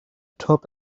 top